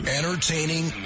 Entertaining